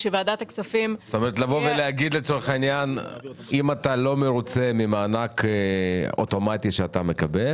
כלומר להגיד: אם אתה לא מרוצה מן המענק האוטומטי שאתה מקבל